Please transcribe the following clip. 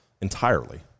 entirely